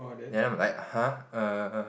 then I'm like !huh! err